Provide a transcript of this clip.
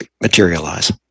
materialize